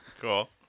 Cool